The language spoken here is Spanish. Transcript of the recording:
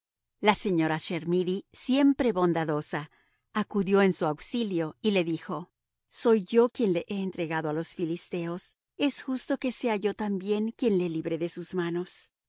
la señora chermidy siempre bondadosa acudió en su auxilio y le dijo soy yo quien le he entregado a los filisteos es justo que sea yo también quien le libre de sus manos